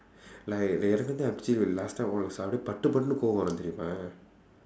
like last time all suddenly அப்படியே பட்டு பட்டுனு கோபம் வரும் தெரியுமா:appadiyee patdu patdunu koopam varum theriyumaa